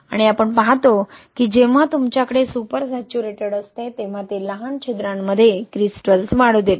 आणि आपण पाहतो की जेव्हा तुमच्याकडे सुपर सैचुरेटेड असते तेव्हा ते लहान छिद्रांमध्ये क्रिस्टल्स वाढू देते